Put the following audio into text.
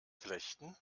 flechten